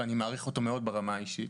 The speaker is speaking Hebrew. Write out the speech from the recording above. ואני מעריך אותו מאוד ברמה האישית,